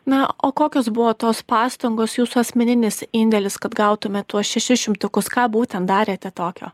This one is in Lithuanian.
na o kokios buvo tos pastangos jūsų asmeninis indėlis kad gautumėt tuos šešis šimtukus ką būtent darėte tokio